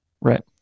Right